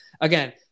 again